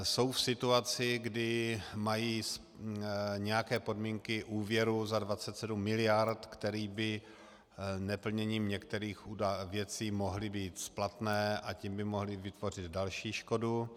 Jsou v situaci, kdy mají nějaké podmínky úvěru za 27 miliard, které by neplněním některých věcí mohly být splatné, a tím by mohly vytvořit další škodu.